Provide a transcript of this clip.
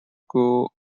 school